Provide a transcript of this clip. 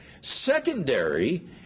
secondary